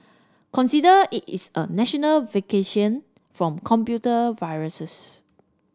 consider it is a national vaccination from computer viruses